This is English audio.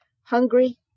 hungry